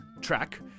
track